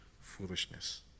foolishness